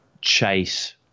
chase